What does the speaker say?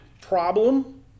problem